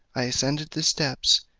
i ascended the steps,